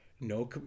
No